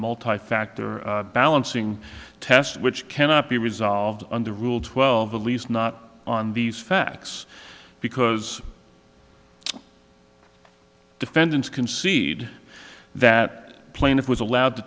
multi factor balancing test which cannot be resolved under rule twelve at least not on these facts because defendants concede that plaintiff was allowed to